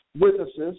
witnesses